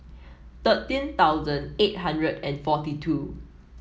thirteen thousand eight hundred and forty two